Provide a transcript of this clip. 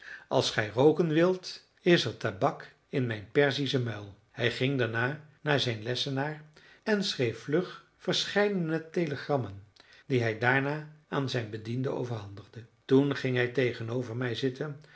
als gij rooken wilt is er tabak in mijn perzische muil hij ging daarna naar zijn lessenaar en schreef vlug verscheidene telegrammen die hij daarna aan zijn bediende overhandigde toen ging hij tegenover mij zitten